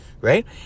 right